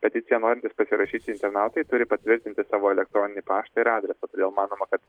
peticiją norintys pasirašyti internautai turi patvirtinti savo elektroninį paštą ir adresą todėl manoma kad